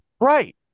Right